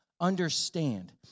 understand